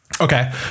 okay